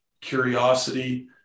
curiosity